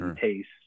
taste